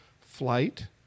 Flight